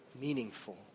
Meaningful